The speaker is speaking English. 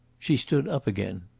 she stood up again.